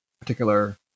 particular